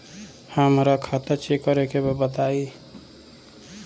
हमरा खाता चेक करे के बा बताई?